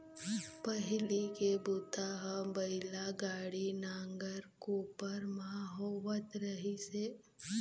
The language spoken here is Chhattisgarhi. पहिली के बूता ह बइला गाड़ी, नांगर, कोपर म होवत रहिस हे